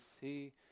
see